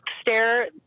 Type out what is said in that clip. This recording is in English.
stare